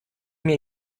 mir